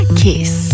kiss